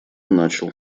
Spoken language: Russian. начал